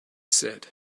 said